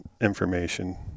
information